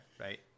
right